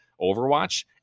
Overwatch